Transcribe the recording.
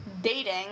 dating